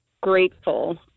grateful